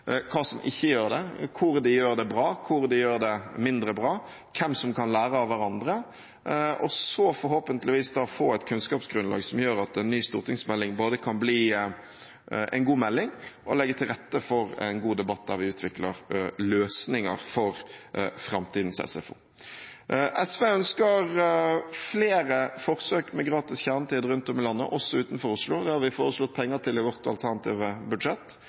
hva som ikke gjør det, hvor de gjør de bra, hvor de gjør det mindre bra, hvem som kan lære av hverandre, og så forhåpentligvis få et kunnskapsgrunnlag som gjør at en ny stortingsmelding både kan bli en god melding og legge til rette for en god debatt, der vi utvikler løsninger for framtidens SFO. SV ønsker flere forsøk med gratis kjernetid rundt om i landet, også utenfor Oslo. Det har vi foreslått penger til i vårt alternative budsjett.